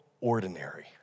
ordinary